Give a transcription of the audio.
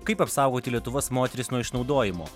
kaip apsaugoti lietuvos moteris nuo išnaudojimo